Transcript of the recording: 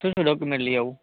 શું શું ડોક્યુમેન્ટ લઇ આવું